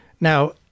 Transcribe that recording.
Now